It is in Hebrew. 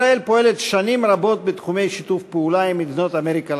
ישראל פועלת שנים רבות בתחומי שיתוף פעולה עם מדינות אמריקה